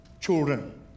children